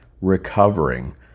recovering